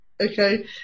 Okay